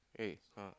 eh ah